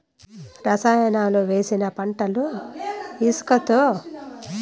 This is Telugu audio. రసాయనాలు వేసిన పంటలు ఇసంతో సరట అందుకే మా కయ్య లో సేంద్రియ ఎరువులు వాడితిమి